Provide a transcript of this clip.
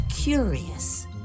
curious